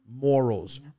morals